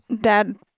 dad